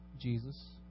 Jesus